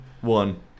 one